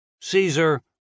Caesar